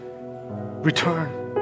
Return